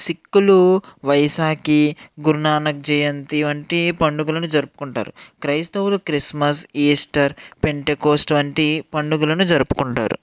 సిక్కులు వైశాకి గురునానక్ జయంతి వంటి పండగలను జరుపుకుంటారు క్రైస్తవులు క్రిస్మస్ ఈస్టర్ పెంటికోస్ట్ వంటి పండగలను జరుపుకుంటారు